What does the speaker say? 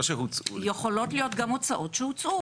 יכולות להיות גם הוצאות שהוצאות.